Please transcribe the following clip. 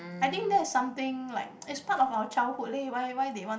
I think that is something like it's part of our childhood leh why why they want